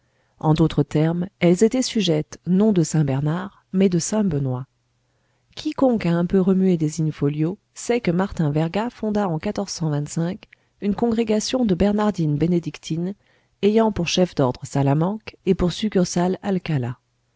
en d'autres termes elles étaient sujettes non de saint bernard mais de saint benoît quiconque a un peu remué des in-folio sait que martin verga fonda en une congrégation de bernardines bénédictines ayant pour chef d'ordre salamanque et pour succursale alcala